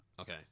Okay